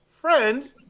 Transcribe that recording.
friend